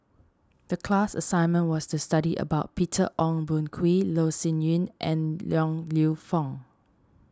the class assignment was to study about Peter Ong Boon Kwee Loh Sin Yun and Liang Lew Foong